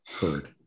heard